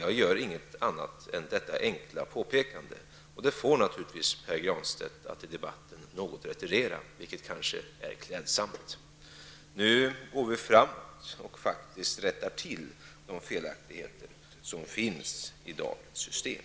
Jag gör inget annat än detta enkla påpekande. Det får naturligtvis Pär Granstedt att i debatten något retirera, vilket kanske är klädsamt. Nu går vi framåt och rättar till de felaktigheter som finns i dagens system.